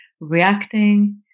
reacting